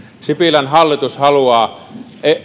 sipilän hallitus haluaa